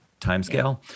timescale